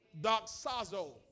Doxazo